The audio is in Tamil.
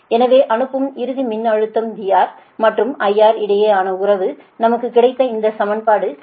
எனவே அனுப்பும் இறுதி மின்னழுத்தம் VR மற்றும் IR இடையே ஆன உறவு நமக்கு கிடைத்த இந்த சமன்பாடு 15